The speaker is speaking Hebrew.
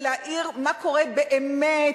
ולהאיר מה קורה באמת,